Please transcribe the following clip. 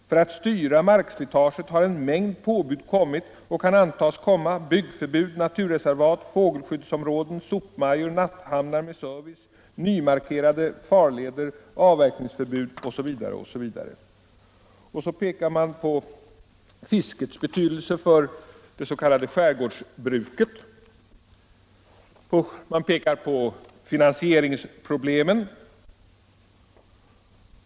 För att styra markslitaget har en mängd påbud kommit och kan antas komma: byggförbud, naturreservat, fågelskyddsområden, sopmajor, natthamnar med service, nymarkerade farleder, avverkningsförbud etc., etc.” Och så pekar man på fiskets betydelse för det s.k. skärgårdsbruket, och man pekar på finansieringsproblemen.